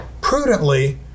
prudently